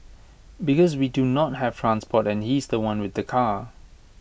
because we do not have transport and he's The One with the car